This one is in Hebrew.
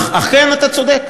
אכן, אתה צודק.